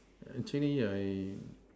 actually I